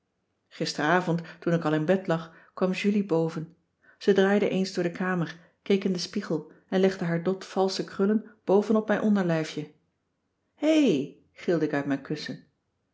gisterenavond toen ik al in bed lag kwam julie boven ze draaide eens door de kamer keek in den spiegel en legde haar dot valsche krullen boven op mijn onderlijfje héé gilde ik uit mijn kussen